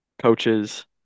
coaches